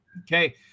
Okay